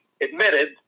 admitted